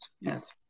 Yes